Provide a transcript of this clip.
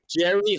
Jerry